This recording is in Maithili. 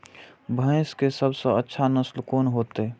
भैंस के सबसे अच्छा नस्ल कोन होते?